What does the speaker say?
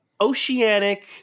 Oceanic